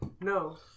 No